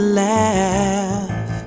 laugh